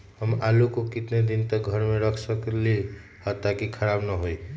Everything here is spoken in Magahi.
हम आलु को कितना दिन तक घर मे रख सकली ह ताकि खराब न होई?